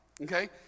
okay